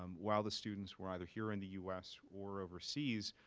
um while the students were either here in the u s. or overseas,